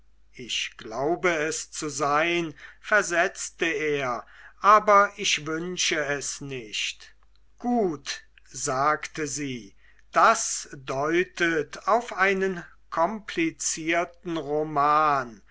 ich glaube es zu sein versetzte er aber ich wünsche es nicht gut sagte sie das deutet auf einen komplizierten roman